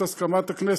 את הסכמת הכנסת,